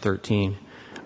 thirteen